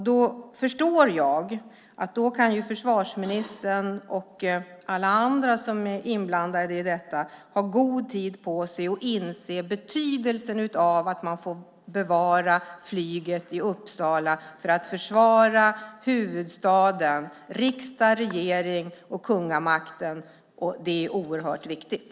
Då förstår jag att då kan försvarsministern och alla andra som är inblandade i detta ha god tid på sig att inse betydelsen av att man får bevara flyget i Uppsala för att försvara huvudstaden, riksdag, regering och kungamakten. Det är oerhört viktigt.